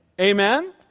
Amen